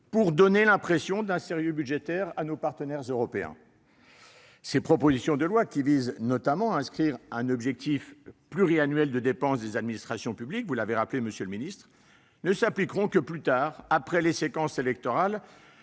pour donner une impression de sérieux budgétaire à nos partenaires européens. Ces propositions de loi, qui visent notamment à inscrire un objectif pluriannuel de dépenses des administrations publiques, comme vous venez de le rappeler, monsieur le ministre, ne s'appliqueront que plus tard, après les séquences électorales